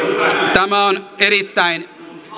tämä on erittäin